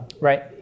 Right